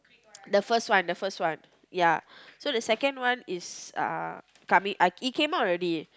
the first one the first one ya so the second one is ah coming it came out already